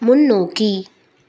முன்னோக்கி